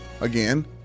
again